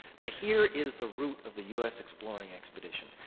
now here is the root of the us exploring expedition.